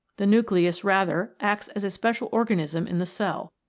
the nucleus rather acts as special organism in the cell.